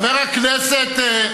חבר הכנסת,